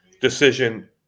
decision